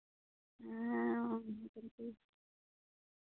ᱦᱮᱸᱻ ᱢᱳᱴᱟᱢᱩᱴᱤ